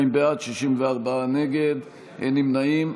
52 בעד, 64 נגד, אין נמנעים.